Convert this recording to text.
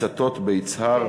הצתות ביצהר.